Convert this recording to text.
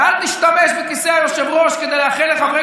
ואל תשתמש בכיסא היושב-ראש כדי לאחל לחברי